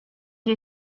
you